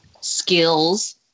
skills